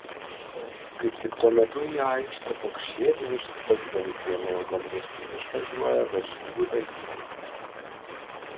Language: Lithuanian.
kaip tik tuo metu į aikštę pokšėdami ir staugdami dviem ilgom virtinėm išvažiuoja varžybų dalyviai